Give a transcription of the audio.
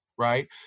Right